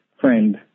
friend